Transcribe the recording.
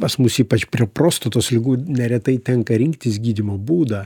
pas mus ypač prie prostatos ligų neretai tenka rinktis gydymo būdą